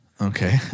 Okay